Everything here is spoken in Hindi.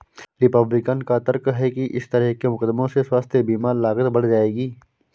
रिपब्लिकन का तर्क है कि इस तरह के मुकदमों से स्वास्थ्य बीमा लागत बढ़ जाएगी